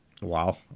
Wow